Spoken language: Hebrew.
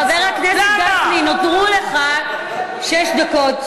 חבר הכנסת גפני, נותרו לך שש דקות.